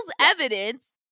evidence